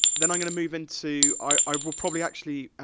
then i'm gonna move into, i will probably actually,